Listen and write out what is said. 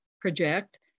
project